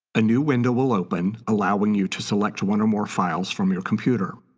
a new window will open, allowing you to select one or more files from your computer.